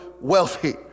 wealthy